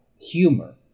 humor